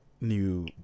new